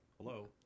hello